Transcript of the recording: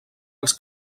els